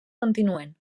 continuen